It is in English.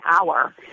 hour